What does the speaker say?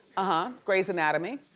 ah grey's anatomy.